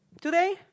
Today